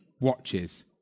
watches